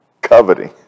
Coveting